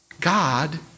God